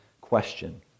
question